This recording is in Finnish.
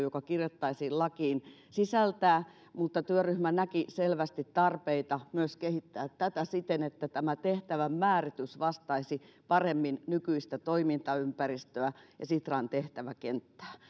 joka kirjattaisiin lakiin sisältää mutta työryhmä näki selvästi tarpeita myös kehittää tätä siten että tämä tehtävänmääritys vastaisi paremmin nykyistä toimintaympäristöä ja sitran tehtäväkenttää